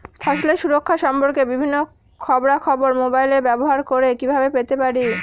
ফসলের সুরক্ষা সম্পর্কে বিভিন্ন খবরা খবর মোবাইল ব্যবহার করে কিভাবে পেতে পারি?